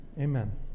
Amen